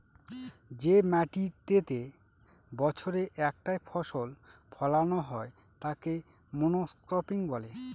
যে মাটিতেতে বছরে একটাই ফসল ফোলানো হয় তাকে মনোক্রপিং বলে